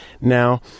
Now